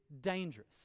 dangerous